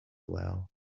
well